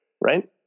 right